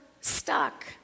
stuck